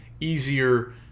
easier